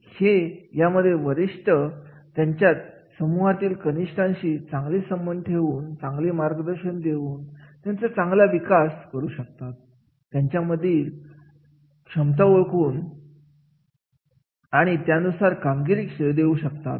हे यामध्ये वरिष्ठ त्यांच्याच समूहातील कनिष्ठ कर्मचाऱ्यांची चांगले संबंध ठेवून चांगले मार्गदर्शन देऊन त्यांचा चांगला विकास करू शकतात त्यांच्यामधील समता ओळखू शकतात आणि त्यानुसार कामगिरी घेऊ शकतात